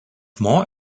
more